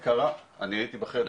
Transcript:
אני הייתי בחדר.